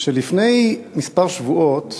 שלפני כמה שבועות,